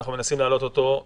אנחנו מנסים להעלות אותו.